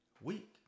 Week